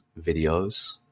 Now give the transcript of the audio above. videos